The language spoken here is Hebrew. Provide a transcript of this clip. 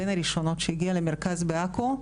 בין הראשונות שהגיעה למרכז בעכו,